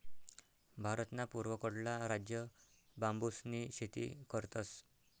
भारतना पूर्वकडला राज्य बांबूसनी शेती करतस